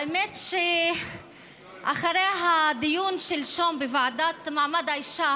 האמת שאחרי הדיון שלשום בוועדה לקידום מעמד האישה